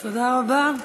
תודה רבה.